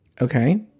Okay